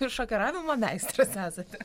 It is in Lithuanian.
jūs šokiravimo meistras esate